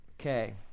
Okay